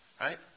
right